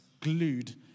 glued